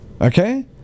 okay